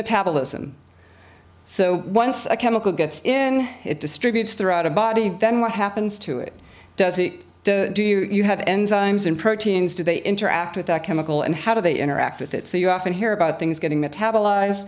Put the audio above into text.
metabolism so once a chemical gets in it distributes throughout a body then what happens to it does it do you have enzymes in proteins do they interact with that chemical and how do they interact with it so you often hear about things getting metabolize